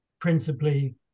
principally